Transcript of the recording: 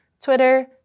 Twitter